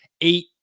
eight